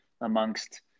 amongst